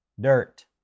Dirt